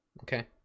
Okay